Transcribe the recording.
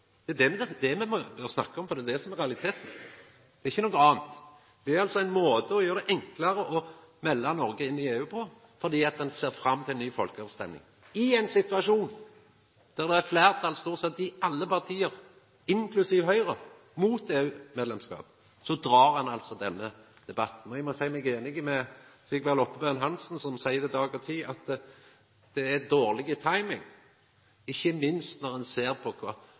ønskjer medlemskap. Det er det me må snakka om, for det er det som er realiteten. Det er ikkje noko anna. Det er altså ein måte å gjera det enklare å melda Noreg inn i EU på, fordi ein ser fram til ei ny folkeavstemming. I ein situasjon der det er fleirtal i stort sett alle parti, inklusiv Høgre, mot EU-medlemskap, dreg ein altså denne debatten. Eg må seia meg einig med representanten Sigvald Oppebøen Hansen som seier til Dag og Tid at det er dårleg timing, ikkje minst når ein ser på kva